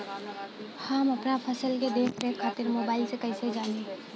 हम अपना फसल के देख रेख खातिर मोबाइल से कइसे जानी?